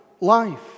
life